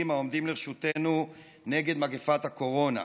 העומדים לרשותנו נגד מגפת הקורונה.